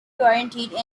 guaranteed